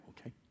okay